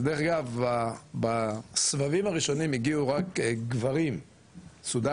דרך אגב בסבבים הראשונים הגיעו רק גברים סודנים,